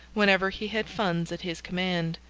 whenever he had funds at his command.